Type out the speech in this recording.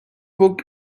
book